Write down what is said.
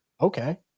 Okay